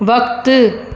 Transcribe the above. वक़्ति